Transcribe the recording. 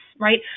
right